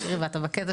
לשנוי